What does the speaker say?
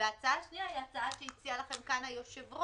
הצעה שניה היא הצעה שהציע לכם היושב-ראש,